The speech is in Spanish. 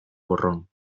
borrón